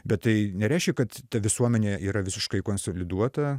bet tai nereiškia kad ta visuomenė yra visiškai konsoliduota